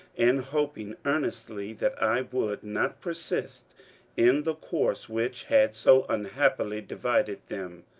and hoping earnestly that i would not persist in the course which had so unhappily divided them.